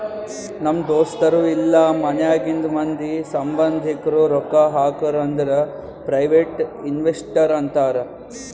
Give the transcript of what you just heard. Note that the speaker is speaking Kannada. ನಮ್ ದೋಸ್ತರು ಇಲ್ಲಾ ಮನ್ಯಾಗಿಂದ್ ಮಂದಿ, ಸಂಭಂದಿಕ್ರು ರೊಕ್ಕಾ ಹಾಕುರ್ ಅಂದುರ್ ಪ್ರೈವೇಟ್ ಇನ್ವೆಸ್ಟರ್ ಅಂತಾರ್